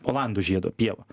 olandų žiedo pieva